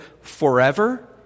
forever